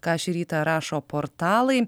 ką šį rytą rašo portalai